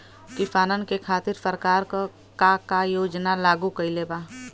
किसानन के खातिर सरकार का का योजना लागू कईले बा?